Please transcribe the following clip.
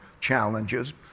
challenges